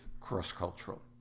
cross-cultural